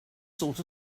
sort